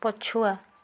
ପଛୁଆ